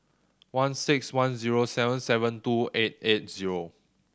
one six one zero seven seven two eight eight zero